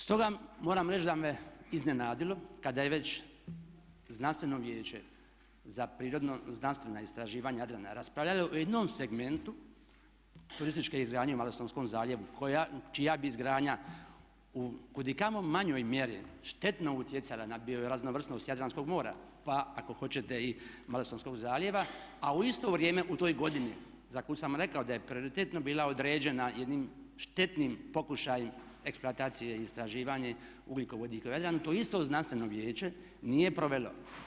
Stoga, moram reći da me iznenadilo kada je već Znanstveno vijeće za prirodno znanstvena istraživanja Jadrana raspravljalo o jednom segmentu turističke izgradnje u Malostonskom zaljevu čija bi izgradnja u kudikamo manjoj mjeri štetno utjecala na bioraznovrsnost Jadranskog mora, pa ako hoćete i Malostonskog zaljeva a u isto vrijeme u toj godini za koju sam rekao da je prioritetno bila određena jednim štetnim pokušajem eksploatacije i istraživanjem ugljikovodika u Jadranu to isto znanstveno vijeće nije provelo.